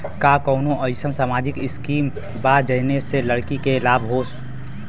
का कौनौ अईसन सामाजिक स्किम बा जौने से लड़की के लाभ हो?